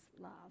love